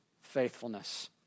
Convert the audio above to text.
faithfulness